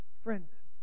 Friends